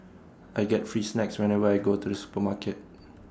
I get free snacks whenever I go to the supermarket